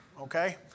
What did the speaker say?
Okay